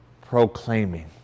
proclaiming